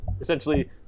essentially